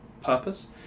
purpose